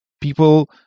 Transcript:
people